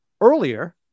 earlier